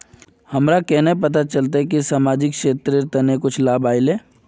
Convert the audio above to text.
हमरा केना पता चलते की सामाजिक क्षेत्र के लिए कुछ लाभ आयले?